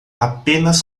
apenas